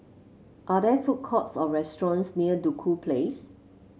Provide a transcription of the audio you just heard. are there food courts or restaurants near Duku Place